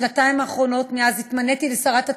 בשנתיים האחרונות מאז התמניתי לשרת התרבות,